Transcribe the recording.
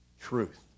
Truth